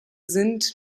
sind